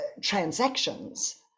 transactions